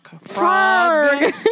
frog